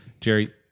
Jerry